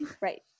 Right